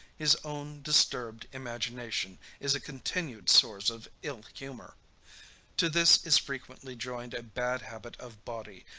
his own disturbed imagination is a continued source of ill-humor. to this is frequently joined a bad habit of body,